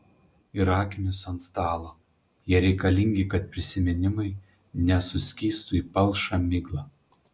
ir akinius ant stalo jie reikalingi kad prisiminimai nesuskystų į palšą miglą